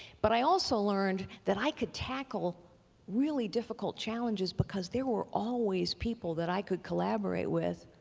but i also learned that i could tackle really difficult challenges because there were always people that i could collaborate with,